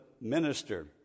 minister